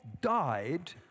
died